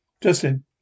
Justin